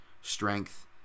strength